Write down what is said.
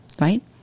Right